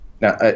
Now